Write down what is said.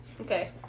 Okay